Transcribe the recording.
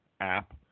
app